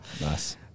Nice